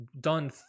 done